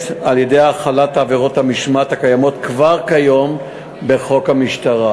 על-ידי החלת עבירות המשמעת הקיימות כבר כיום בחוק המשטרה.